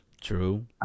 True